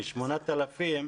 כ-8,000 ילדים,